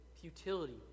futility